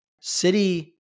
City